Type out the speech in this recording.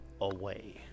away